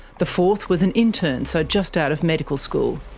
the fourth was an intern, so just out of medical school.